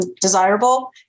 desirable